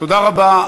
תודה רבה.